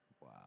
Wow